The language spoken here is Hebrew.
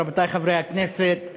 רבותי חברי הכנסת,